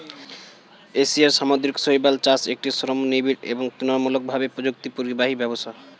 এশিয়ার সামুদ্রিক শৈবাল চাষ একটি শ্রমনিবিড় এবং তুলনামূলকভাবে প্রযুক্তিপরিহারী ব্যবসা